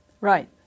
Right